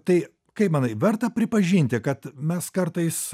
tai kaip manai verta pripažinti kad mes kartais